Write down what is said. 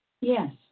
Yes